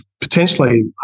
potentially